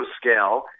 scale